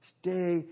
Stay